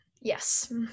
Yes